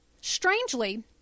strangely